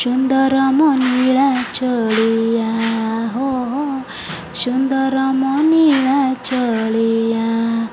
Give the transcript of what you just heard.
ସୁନ୍ଦର ମ ନୀଳା ଚଳିଆ ହୋ ହୋ ସୁନ୍ଦର ମ ନୀଳା ଚଳିଆ